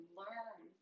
learn